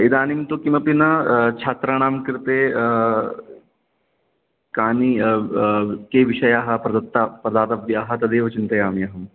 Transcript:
इदानीं तु किमपि न छात्राणां कृते कानि के विषयाः प्रदत्ता प्रदातव्याः तदेव चिन्तयामि अहं